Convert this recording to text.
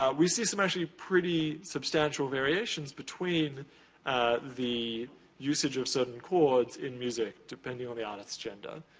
um we see some actually pretty substantial variations between the usage of certain chords in music depending on the artist's gender.